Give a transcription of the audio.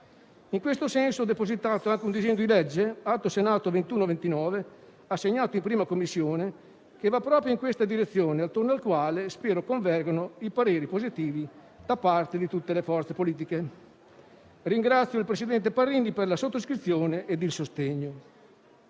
In questo senso ho depositato un disegno di legge, atto Senato 2129, assegnato alla 1a Commissione, che va proprio in questa direzione, attorno al quale spero convergano i pareri positivi da parte di tutte le forze politiche. Ringrazio il presidente Parrini per la sottoscrizione ed il sostegno.